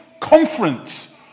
conference